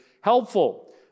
helpful